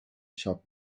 sharp